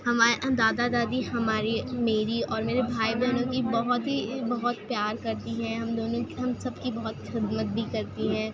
ہمارے دادا دادی ہماری میری اور میرے بھائی بہنوں کی بہت ہی بہت پیار کرتی ہیں ہم دونوں کی ہم سب کی بہت خدمت بھی کرتی ہیں